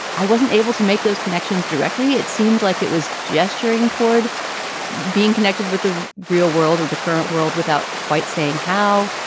i wasn't able to make those connections directly. it seemed like it was gesturing toward being connected with the real world or the current world without quite saying how.